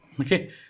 Okay